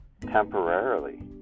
temporarily